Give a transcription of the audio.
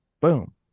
Boom